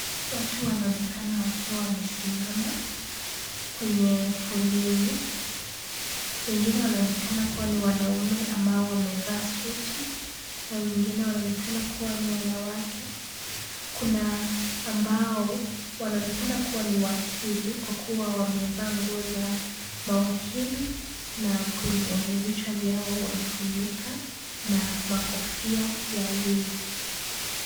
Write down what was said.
Watu wanaonekana wakiwa wamesimama kwenye foleni. Wengine wanaonekana kuwa ni wanaume ambao wamevaa suti na wengine wanaonekana kuwa ni wanawake. Kuna ambao wanaonekana kuwa ni wakili kwa kuwa wamevaa nguo za mawakili na kwenye vichwa vyao wamefunika na makofia ya wigi .